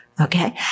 Okay